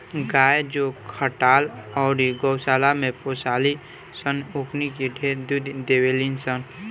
गाय जे खटाल अउरी गौशाला में पोसाली सन ओकनी के ढेरे दूध देवेली सन